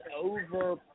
over